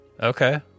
Okay